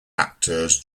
actors